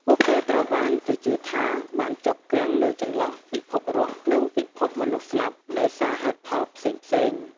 ពួកគេត្រូវបានគេជឿថាបានជាប់គាំងនៅចន្លោះពិភពរស់ និងពិភពមនុស្សស្លាប់ ដោយសារហេតុផលផ្សេងៗ។